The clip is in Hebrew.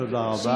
תודה רבה.